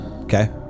Okay